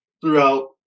throughout